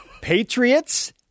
patriots